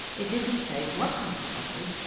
it didn't say what consequences,